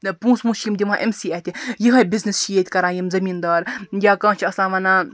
پونٛسہٕ وونٛسہٕ چھِ یِم دِوان أمسٕے اتھہِ یِہے بِزنٮ۪س چھِ ییٚتہِ کَران یِم زمیٖن دار یا کانٛہہ چھ آسان وَنان